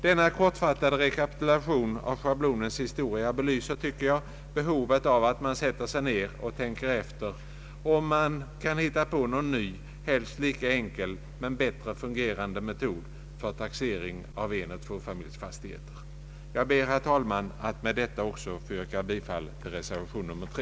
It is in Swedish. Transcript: Denna kortfattade rekapitulation av schablonens historia belyser, tycker jag, behovet av att man sätter sig ner och tänker efter om man kan hitta någon ny, helst lika enkel men bättre fungerande metod för taxering av enoch tvåfamiljsfastigheter. Jag ber, herr talman, att med detta också få yrka bifall till reservation 3.